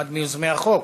אחד מיוזמי החוק.